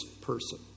person